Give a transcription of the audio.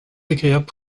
agréable